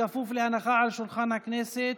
בכפוף להנחה על שולחן הכנסת,